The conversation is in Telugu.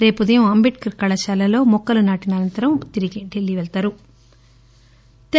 రేపు ఉదయం అంబేద్కర్ కళాశాలలో మొక్కలు నాటి అనంతరం తిరిగి ఢిల్లీ బయలుదేరి పెళ్తారు